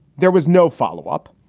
there was no follow up,